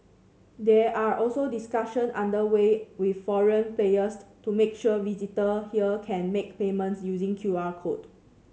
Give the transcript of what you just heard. there are also discussions under way with foreign players to make sure visitor here can make payments using Q R code